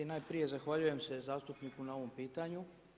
Najprije zahvaljujem se zastupniku na ovom pitanju.